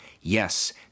Yes